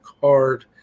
card